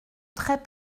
très